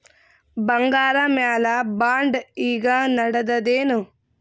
ಬಂಗಾರ ಮ್ಯಾಲ ಬಾಂಡ್ ಈಗ ನಡದದೇನು?